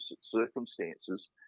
circumstances